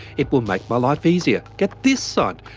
it will make my life easier. get this signed,